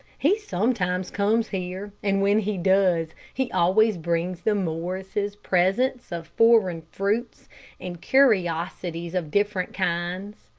he sometimes comes here, and when he does, he always brings the morrises presents of foreign fruits and curiosities of different kinds.